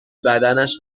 بدنش